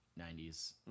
90s